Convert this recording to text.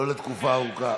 לא לתקופה ארוכה,